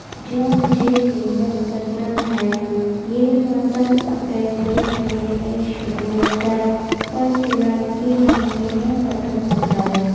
جو مجھے بےحد پسند ہیں یہ موسم اپریل کے مہینے میں شروع ہوتا ہے اور جولائی کے مہینے میں ختم ہوتا ہے